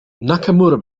nakamura